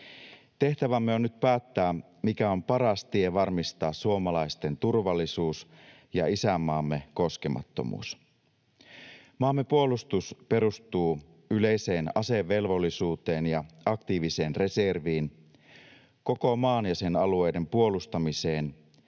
Tehtävämme on nyt päättää, mikä on paras tie varmistaa suomalaisten turvallisuus ja isänmaamme koskemattomuus. Maamme puolustus perustuu yleiseen asevelvollisuuteen ja aktiiviseen reserviin, koko maan ja sen alueiden puolustamiseen